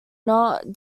not